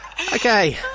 Okay